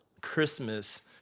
Christmas